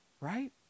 Right